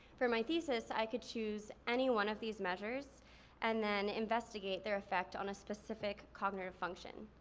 for my thesis i could choose any one of these measures and then investigate their effect on a specific cognitive function.